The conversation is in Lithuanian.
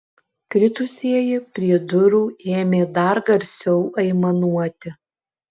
kritusieji prie durų ėmė dar garsiau aimanuoti